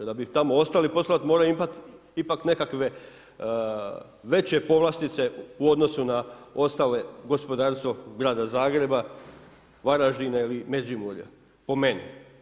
Da bi tamo ostali moraju imat ipak nekakve veće povlastice u odnosu na ostalo gospodarstvo grada Zagreba, Varaždina ili Međimurja, po meni.